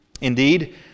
Indeed